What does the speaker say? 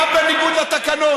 ליו"ר הכנסת קראו סטלין.